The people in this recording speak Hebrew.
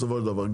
בסופו של דבר.